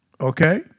Okay